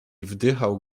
wdychał